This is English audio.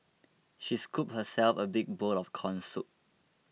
she scooped herself a big bowl of Corn Soup